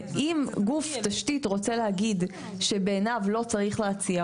ואם גוף התשתית רוצה להגיד שבעיניו לא צריך להציע,